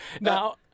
Now